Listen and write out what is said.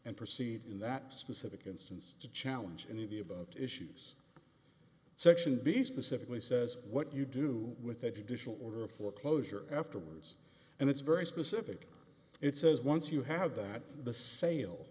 and proceed in that specific instance to challenge any of the about issues section b specifically says what you do with educational order of foreclosure afterwards and it's very specific it says once you have that the sale